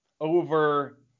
over